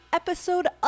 episode